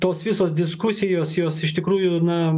tos visos diskusijos jos iš tikrųjų na